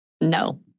No